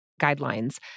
guidelines